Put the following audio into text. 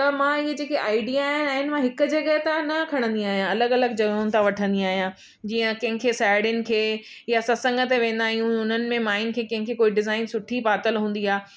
त मां हीअ जेके आइडिया आहिनि मां हिकु जॻह था न खणंदी आहियां अलॻि अलॻि जॻहियुनि था वठंदी आहियां जीअं कंहिंखे साहेड़ियुनि खे या सतसंग ते वेंदा आहियूं उन्हनि में माइयुनि खे कंहिंखे कोई डिजाइन सुठी पातल हूंदी आहे